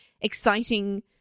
exciting